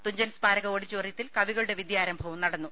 തുഞ്ചൻ സ്മാരക ഓ ഡിറ്റോറിയത്തിൽ കവികളുടെ വിദ്യാരംഭവും നടന്നു